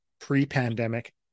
pre-pandemic